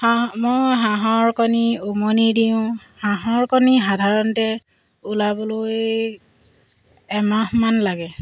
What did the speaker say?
হাঁহ মই হাঁহৰ কণী উমনি দিওঁ হাঁহৰ কণী সাধাৰণতে ওলাবলৈ এমাহমান লাগে